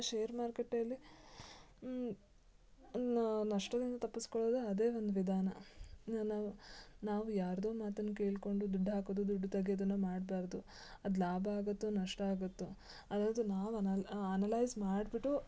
share ಮಾರುಕಟ್ಟೆಯಲ್ಲಿ ಇನ್ನು ನಷ್ಟದಿಂದ ತಪ್ಪಿಸ್ಕೊಳ್ಳೋದು ಅದೇ ಒಂದು ವಿಧಾನ ನಾನು ನಾವು ಯಾರದೋ ಮಾತನ್ನು ಕೇಳಿಕೊಂಡು ದುಡ್ಡು ಹಾಕೋದು ದುಡ್ಡು ತೆಗೆಯೋದನ್ನು ಮಾಡಬಾರ್ದು ಅದು ಲಾಭ ಆಗುತ್ತೋ ನಷ್ಟ ಆಗುತ್ತೋ ಅನ್ನೋದು ನಾವು ಅನ ಅನಲೈಸ್ ಮಾಡ್ಬಿಟ್ಟು